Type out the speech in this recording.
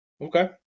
Okay